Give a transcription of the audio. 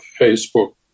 Facebook